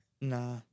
Nah